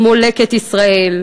כמו "לקט ישראל",